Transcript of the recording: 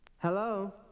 Hello